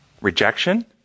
rejection